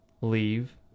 leave